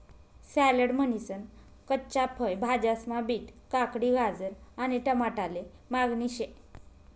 salad म्हनीसन कच्च्या फय भाज्यास्मा बीट, काकडी, गाजर आणि टमाटाले मागणी शे